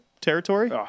Territory